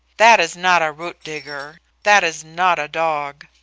that is not a root digger that is not a dog.